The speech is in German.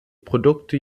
produkte